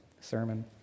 sermon